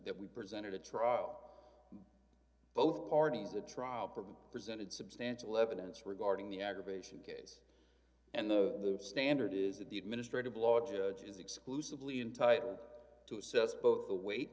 that we presented a trout both parties a trial problem presented substantial evidence regarding the aggravation case and the standard is that the administrative law judge is exclusively entitled d to assess both the weight